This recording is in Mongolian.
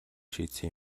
шийдсэн